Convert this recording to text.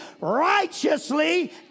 righteously